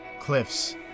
cliffs